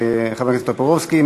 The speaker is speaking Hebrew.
חבר הכנסת טופורובסקי.